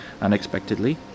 unexpectedly